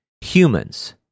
humans